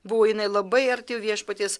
buvo jinai labai arti viešpaties